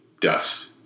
dust